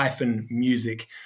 music